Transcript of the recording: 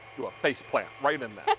will face plant right in that.